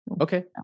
Okay